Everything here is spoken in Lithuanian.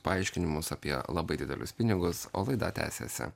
paaiškinimus apie labai didelius pinigus o laida tęsiasi